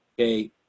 Okay